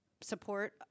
support